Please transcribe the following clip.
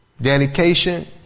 dedication